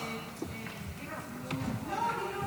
פרידמן.